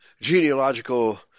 genealogical